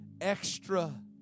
extra